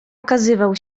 okazywał